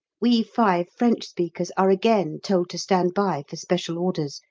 we five french speakers are again told to stand by for special orders,